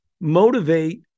motivate